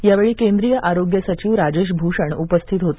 यावेळी केंद्रीय आरोग्य सचिव राजेश भूषण उपस्थित होते